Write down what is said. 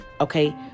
okay